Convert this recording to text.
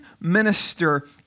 minister